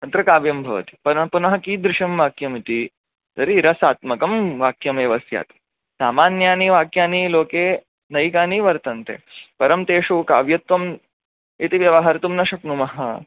अत्र काव्यं भवति पुनः कीदृशं वाक्यमिति तर्हि रसात्मकं वाक्यमेव स्यात् सामान्यानि वाक्यानि लोके नैकानि वर्तन्ते परं तेषु काव्यत्वम् इति व्यवहर्तुं न शक्नुमः